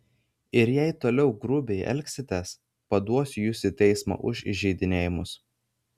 ir jei toliau grubiai elgsitės paduosiu jus į teismą už įžeidinėjimus